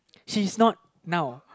she's not now